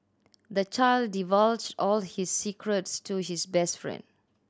the child divulged all his secrets to his best friend